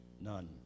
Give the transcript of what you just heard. None